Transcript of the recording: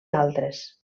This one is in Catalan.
altres